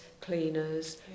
cleaners